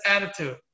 attitude